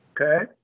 okay